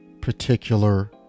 Particular